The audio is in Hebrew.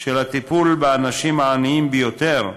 של הטיפול באנשים העניים ביותר,